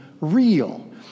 real